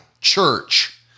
church